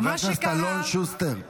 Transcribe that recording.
חבר הכנסת אלון שוסטר,